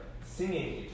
singing